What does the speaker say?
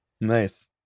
Nice